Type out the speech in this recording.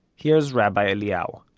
here's rabbi eliyahu.